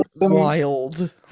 wild